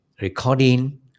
recording